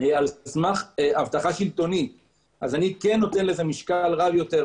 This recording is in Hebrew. על סמך הבטחה שלטונית - אני כן נותן לזה משקל רב יותר,